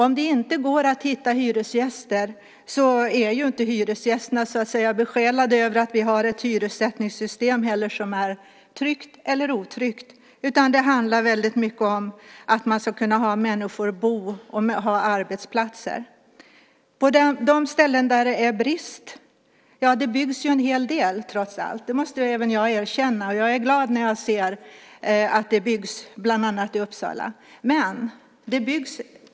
Om det inte går att hitta hyresgäster är hyresgästerna inte besjälade av att vi har ett hyressättningssystem som är tryggt eller otryggt, utan det handlar väldigt mycket om att man ska kunna ha människor som bor och har arbetsplats där. Det byggs en hel del trots allt; det måste jag erkänna. Jag är glad när jag ser att det byggs bland annat i Uppsala.